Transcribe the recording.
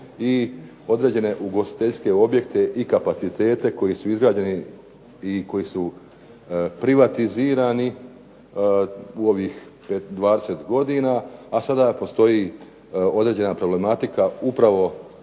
i određene ugostiteljske objekte i kapacitete koji su izgrađeni i koji su privatizirani u ovih 20 godina, a sada postoji određena problematika upravo